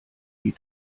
die